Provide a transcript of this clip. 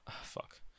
Fuck